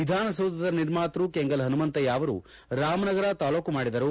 ವಿಧಾನಸೌಧದ ನಿರ್ಮಾತೃ ಕೆಂಗಲ್ ಹನುಮಂತಯ್ಯ ಅವರು ರಾಮನಗರ ತಾಲೂಕು ಮಾಡಿದರು